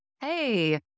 hey